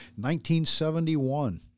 1971